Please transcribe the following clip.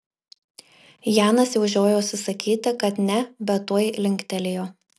janas jau žiojosi sakyti kad ne bet tuoj linktelėjo